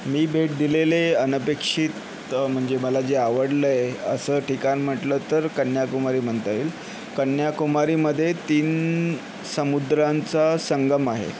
मी भेट दिलेले अनपेक्षित म्हणजे मला जे आवडलं आहे असं ठिकाण म्हटलं तर कन्याकुमारी म्हणता येईल कन्याकुमारीमध्ये तीन समुद्रांचा संगम आहे